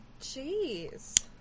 Jeez